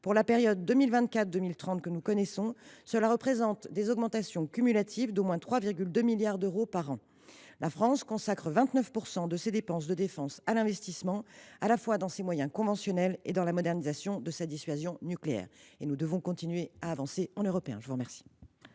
Pour la période 2024 2030, cela représente des augmentations cumulatives d’au moins 3,2 milliards d’euros par an. La France consacre 29 % de ses dépenses de défense à l’investissement, à la fois dans ses moyens conventionnels et dans la modernisation de sa dissuasion nucléaire. Nous devons continuer à avancer en Européens. La parole